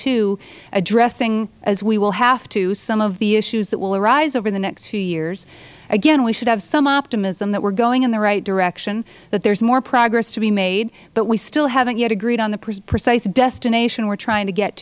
two addressing as we will have to some of the issues that will arise over the next few years again we should have some optimism that we are going in the right direction that there is more progress to be made but we still haven't yet agreed on the precise destination we are trying to get